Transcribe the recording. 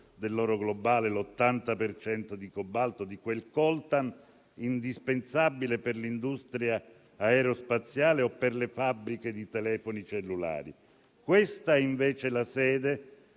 dell'oro globale, l'80 per cento di cobalto e di quel coltan indispensabile per l'industria aerospaziale o per le fabbriche di telefoni cellulari. Questa è, invece, la sede